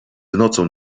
nocą